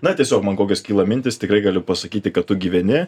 na tiesiog man kokios kyla mintys tikrai galiu pasakyti kad tu gyveni